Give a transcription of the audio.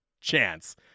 chance